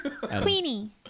Queenie